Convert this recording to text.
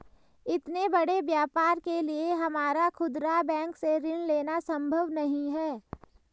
इतने बड़े व्यापार के लिए हमारा खुदरा बैंक से ऋण लेना सम्भव नहीं है